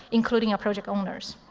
including a project owner.